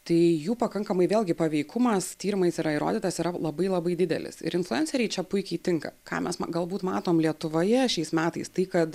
tai jų pakankamai vėlgi paveikumas tyrimais yra įrodytas yra labai labai didelis ir influenceriai čia puikiai tinka ką mes galbūt matom lietuvoje šiais metais tai kad